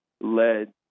led